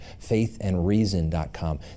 faithandreason.com